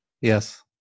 Yes